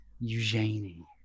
Eugenie